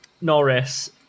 Norris